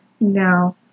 No